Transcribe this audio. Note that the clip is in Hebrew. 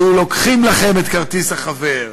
היו לוקחים לכם את כרטיס החבר.